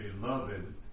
Beloved